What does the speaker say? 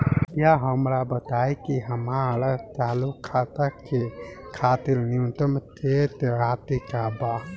कृपया हमरा बताइ कि हमार चालू खाता के खातिर न्यूनतम शेष राशि का बा